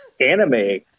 anime